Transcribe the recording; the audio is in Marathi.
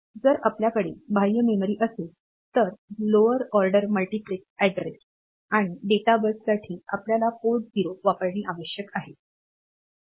जर आपल्याकडे बाह्य मेमरी असेलतर लोअर ऑर्डर मल्टिप्लेक्स अॅड्रेस आणि डेटा बससाठी आपल्याला पोर्ट 0 वापरणे आवश्यक आहे